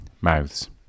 mouths